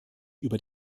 über